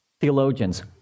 theologians